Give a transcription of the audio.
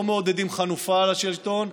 לא מעודדים חנופה לשלטון,